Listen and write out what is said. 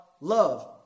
love